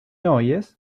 oyes